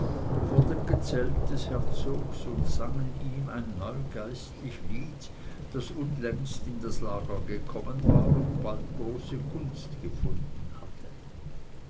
vor dem gezelt des herzogs und sangen ihm ein neu geistlich lied das unlängst in das lager gekommen war und bald große gunst gefunden hatte